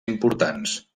importants